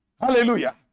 Hallelujah